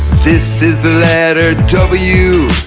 this is the letter w